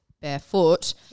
barefoot